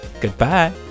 Goodbye